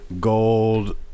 Gold